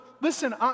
listen